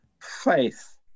Faith